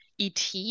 ET